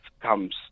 comes